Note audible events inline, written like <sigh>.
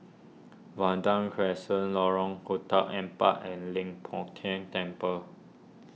Vanda Crescent Lorong <unintelligible> Empat and Leng Poh Tian Temple